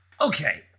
Okay